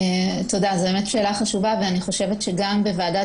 זו באמת שאלה חשובה ואני חושבת שגם בוועדת